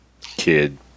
kid